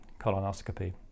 colonoscopy